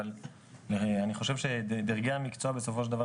אבל אני חושב שדרגי המקצוע בסופו של דבר